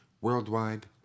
Worldwide